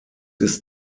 ist